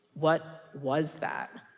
what was that?